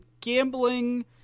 gambling